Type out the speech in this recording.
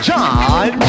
John